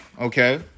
okay